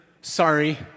sorry